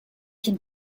can